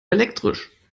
elektrisch